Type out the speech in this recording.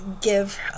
give